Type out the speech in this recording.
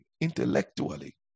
intellectually